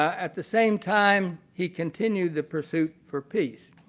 at the same time, he continues the pursuit for peace.